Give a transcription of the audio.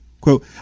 Quote